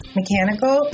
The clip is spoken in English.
mechanical